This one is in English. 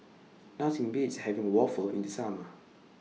Nothing Beats having Waffle in The Summer